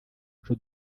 duce